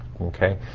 Okay